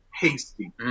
Hasty